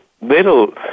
little